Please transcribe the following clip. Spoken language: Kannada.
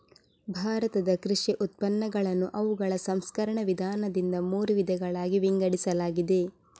ಭಾರತದ ಕೃಷಿ ಉತ್ಪನ್ನಗಳನ್ನು ಅವುಗಳ ಸಂಸ್ಕರಣ ವಿಧಾನದಿಂದ ಮೂರು ವಿಧಗಳಾಗಿ ವಿಂಗಡಿಸಲಾಗಿದೆ